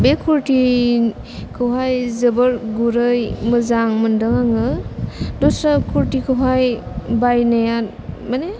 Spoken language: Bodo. बे कुर्टिखौहाय जोबोर गुरै मोजां मोनदों आङो दस्रा कुर्टिखौहाय बायनाया माने